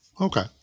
Okay